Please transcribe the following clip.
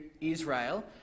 Israel